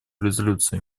резолюции